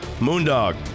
Moondog